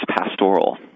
pastoral